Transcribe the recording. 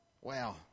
Wow